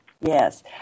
Yes